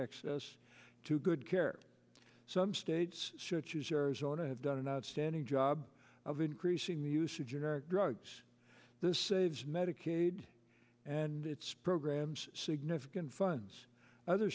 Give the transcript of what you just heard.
access to good care some states should choose arizona have done an outstanding job of increasing the use of generic drugs this saves medicaid and its programs significant funds other